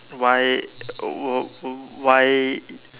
why wh~ why